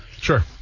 Sure